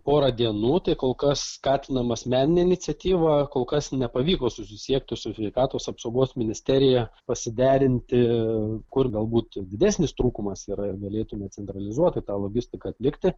porą dienų tai kol kas skatinam asmeninę iniciatyvą kol kas nepavyko susisiekti su sveikatos apsaugos ministerija pasiderinti kur galbūt ir didesnis trūkumas yra ir galėtume centralizuotai tą logistiką atlikti